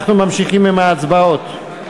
אנחנו ממשיכים עם ההצבעות.